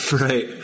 Right